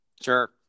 Sure